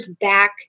back